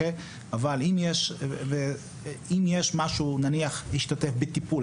אבל אם נניח הוא השתתף בטיפול,